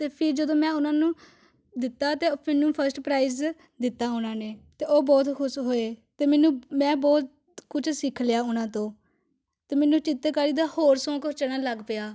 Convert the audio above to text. ਅਤੇ ਫਿਰ ਜਦੋਂ ਮੈਂ ਉਹਨਾਂ ਨੂੰ ਦਿੱਤਾ ਅਤੇ ਮੈਨੂੰ ਫਸਟ ਪ੍ਰਾਈਜ ਦਿੱਤਾ ਉਹਨਾਂ ਨੇ ਅਤੇ ਉਹ ਬਹੁਤ ਖੁਸ਼ ਹੋਏ ਅਤੇ ਮੈਨੂੰ ਮੈਂ ਬਹੁਤ ਕੁਝ ਸਿੱਖ ਲਿਆ ਉਹਨਾਂ ਤੋਂ ਅਤੇ ਮੈਨੂੰ ਚਿੱਤਰਕਾਰੀ ਦਾ ਹੋਰ ਸ਼ੌਕ ਚੜ੍ਹਨ ਲੱਗ ਪਿਆ